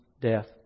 death